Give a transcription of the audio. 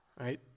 right